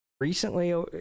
recently